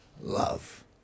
love